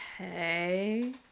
okay